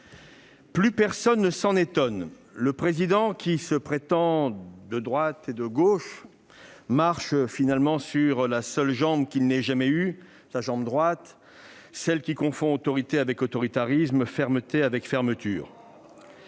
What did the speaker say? Plus personne ne s'en étonne, le Président qui se prétend « de droite et de gauche » marche sur la seule jambe qu'il ait jamais eue : sa jambe droite. Celle qui confond autorité avec autoritarisme, fermeté avec fermeture.